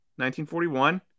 1941